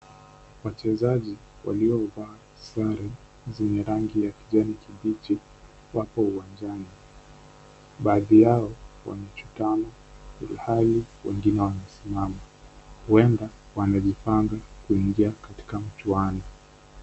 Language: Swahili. Wachezaji waliovaa sare zenye rangi ya kijani kibichi wapo uwanjani. Baadhi yao wamechutama ilhali wengine wamesimama. Huenda wamejipanga kuingia katika mchuano.